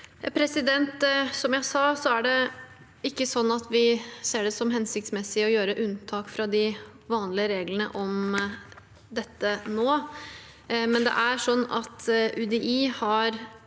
Som jeg sa, er det ikke slik at vi ser det som hensiktsmessig å gjøre unntak fra de vanlige reglene om dette nå. Men det er slik at UDI har